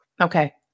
Okay